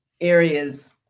areas